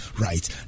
right